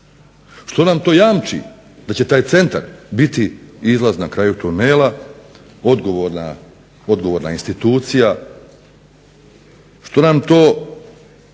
Što nam to jamči da će taj centar biti izlaz na kraju tunela, odgovorna institucija? Što nam to